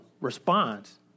response